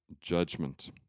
judgment